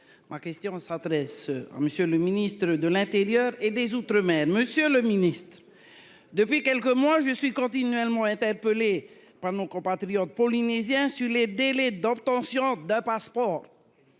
ma question sera. Monsieur le Ministre de l'Intérieur et des Outre-mer Monsieur le ministe. Depuis quelques mois je suis continuellement interpellé par nos compatriotes polynésiens sur les délais d'obtention d'un passeport.